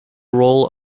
role